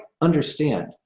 understand